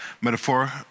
metaphor